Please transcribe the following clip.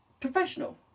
professional